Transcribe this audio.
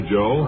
Joe